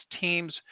teams